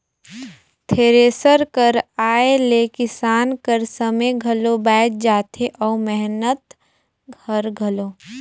thresher कर आए ले किसान कर समे घलो बाएच जाथे अउ मेहनत हर घलो